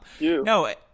No